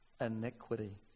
iniquity